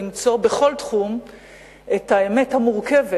למצוא בכל תחום את האמת המורכבת,